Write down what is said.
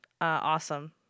awesome